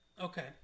Okay